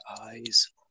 eyes